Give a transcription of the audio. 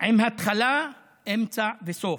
עם התחלה, אמצע וסוף.